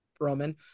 Roman